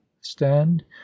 stand